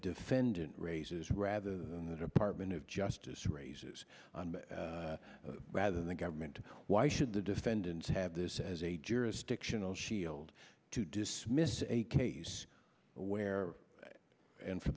defendant raises rather than the department of justice raises rather than the government why should the defendants have this as a jurisdictional shield to dismiss a case where and for